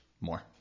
more